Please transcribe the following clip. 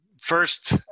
first